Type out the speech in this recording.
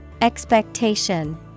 Expectation